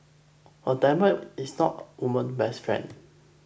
a diamond is not woman's best friend